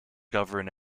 govern